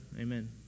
Amen